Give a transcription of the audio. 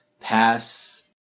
Pass